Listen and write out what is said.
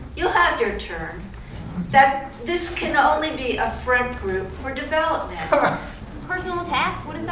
you'll have your turn that this can only be a front group for development personal attacks what